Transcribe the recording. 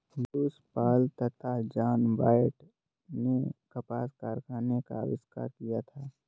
Lewis Paul तथा John Wyatt ने कपास कारखाने का आविष्कार किया था